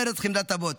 ארץ חמדת אבות.